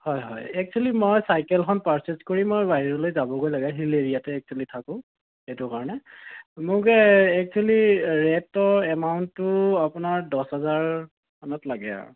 হয় হয় এক্সোৱেলী মই চাইকেলখন পাৰ্চেজ কৰিম আৰু বাহিৰলৈ যাবগৈ লাগে হিল এৰিয়াতে এক্সোৱেলী থাকোঁ সেইটো কাৰণে মোক এ এক্সোৱেলী ৰেটৰ এমাউণ্টটো আপোনাৰ দহ হাজাৰমানত লাগে আৰু